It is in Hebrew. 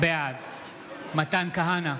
בעד מתן כהנא,